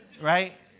right